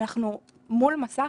אנחנו מול מסך